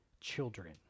children